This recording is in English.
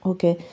Okay